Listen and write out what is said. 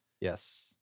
Yes